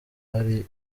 ahari